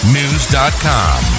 News.com